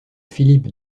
philippe